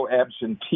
absentee